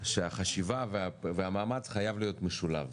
שהחשיבה והמאמץ חייבים להיות משולבים.